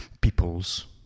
peoples